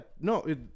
no